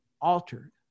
altered